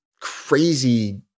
crazy